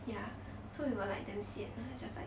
ya so we were like damn sian lah it's just like